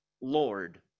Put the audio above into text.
Lord